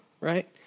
Right